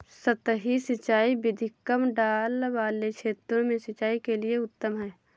सतही सिंचाई विधि कम ढाल वाले क्षेत्रों में सिंचाई के लिए उत्तम है